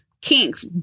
kinks